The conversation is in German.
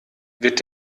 wird